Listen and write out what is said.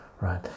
right